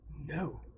No